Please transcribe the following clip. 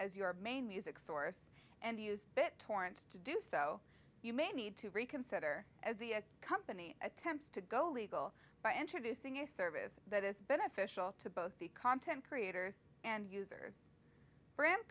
as your main music source and use bit torrent to do so you may need to reconsider as the company attempts to go legal by introducing a service that is beneficial to both the content creators and users brand